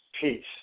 peace